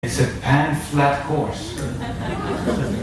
It's a pan-flat course.